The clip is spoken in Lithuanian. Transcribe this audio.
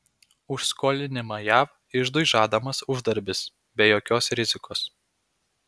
už skolinimą jav iždui žadamas uždarbis be jokios rizikos